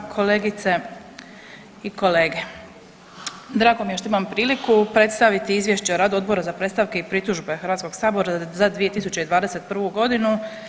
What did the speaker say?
Kolegice i kolege, drago mi je što imam priliku predstaviti Izvješće o radu Odbora za predstavke i pritužbe Hrvatskog sabora za 2021. godinu.